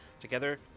together